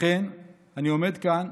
לכן אני עומד כאן,